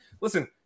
Listen